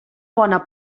bona